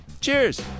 Cheers